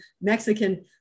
Mexican